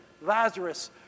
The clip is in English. Lazarus